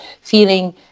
feeling